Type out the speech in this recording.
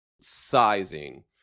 sizing